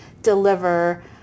deliver